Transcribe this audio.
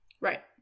Right